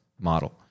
model